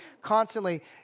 constantly